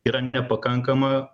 yra nepakankama